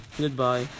Goodbye